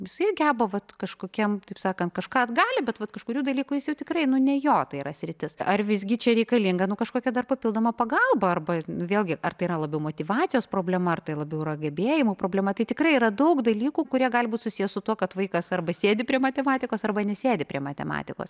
jisai geba vat kažkokiem taip sakant kažką gali bet vat kažkurių dalykų jis jau tikrai nu ne jo yra sritis ar visgi čia reikalinga nu kažkokia dar papildoma pagalba arba vėlgi ar tai yra labiau motyvacijos problema ar tai labiau yra gebėjimų problema tai tikrai yra daug dalykų kurie gali būti susiję su tuo kad vaikas arba sėdi prie matematikos arba nesėdi prie matematikos